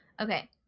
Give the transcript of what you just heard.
Okay